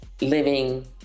living